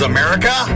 America